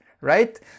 right